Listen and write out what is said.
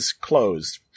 closed